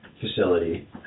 facility